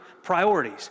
priorities